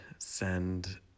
send